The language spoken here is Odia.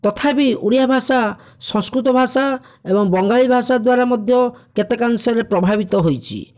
ତଥାପି ଓଡ଼ିଆ ଭାଷା ସଂସ୍କୁତ ଭାଷା ଏବଂ ବଙ୍ଗାଳୀ ଭାଷା ଦ୍ୱାରା ମଧ୍ୟ କେତେକାଂଶରେ ପ୍ରଭାବିତ ହୋଇଛି